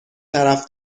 طرف